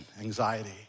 anxiety